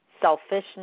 Selfishness